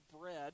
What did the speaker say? bread